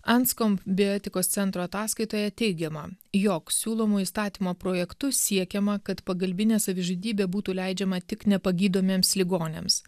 anskomp bioetikos centro ataskaitoje teigiama jog siūlomu įstatymo projektu siekiama kad pagalbinė savižudybė būtų leidžiama tik nepagydomiems ligoniams